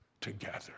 together